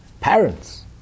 parents